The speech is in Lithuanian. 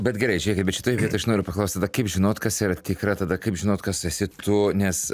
bet gerai žiūrėkit bet šitoj vietoj aš noriu paklaust tada kaip žinot kas yra tikra tada kaip žinot kas tu esi tu nes